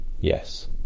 yes